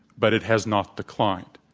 but it has not declined.